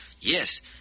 Yes